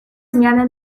zmiany